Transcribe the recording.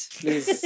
please